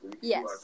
Yes